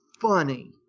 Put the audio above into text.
funny